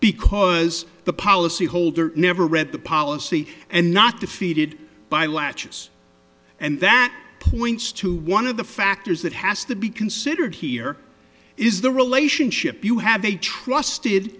because the policy holder never read the policy and not defeated by latches and that points to one of the factors that has to be considered here is the relationship you have a trusted